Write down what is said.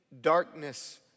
darkness